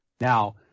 Now